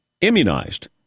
immunized